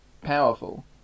Powerful